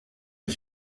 les